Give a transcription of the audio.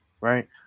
right